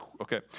Okay